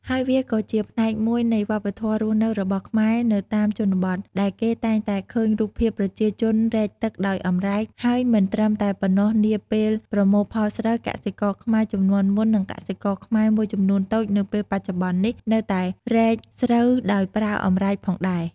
ហើយវាក៏ជាផ្នែកមួយនៃវប្បធម៌រស់នៅរបស់ខ្មែរនៅតាមជនបទ ដែលគេតែងតែឃើញរូបភាពប្រជាជនរែកទឹកដោយអម្រែក ហើយមិនត្រឹមតែប៉ុណ្ណោះនាពេលប្រមូលផលស្រូវ កសិករខ្មែរជំនាន់មុននិងកសិករខ្មែរមួយចំនូនតូចនៅពេលបច្ចុប្បន្ននេះ នៅតែរែកស្រូវដោយប្រើអម្រែកផងដែរ។